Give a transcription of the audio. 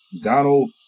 Donald